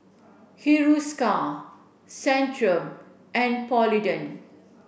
Hiruscar Centrum and Polident